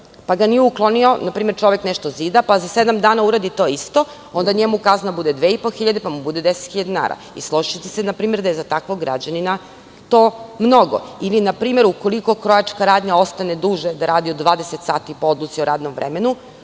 pa ga nije ukloni, čovek nešto zida, pa za sedam dana uradi to isto, onda njemu kazna bude 2.500, pa mu bude 10.000 dinara. Složićete se na primer da je za takvog građanina to mnogo ili, na primer, ukoliko krojačka radnja ostane duže da radi od 20 sati po odluci o radnom vremenu,